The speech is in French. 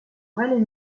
relais